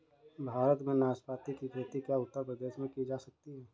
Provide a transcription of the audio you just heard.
भारत में नाशपाती की खेती क्या उत्तर प्रदेश में की जा सकती है?